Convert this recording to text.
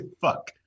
Fuck